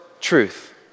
truth